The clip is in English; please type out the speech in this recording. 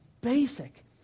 basic